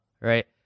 right